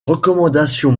recommandations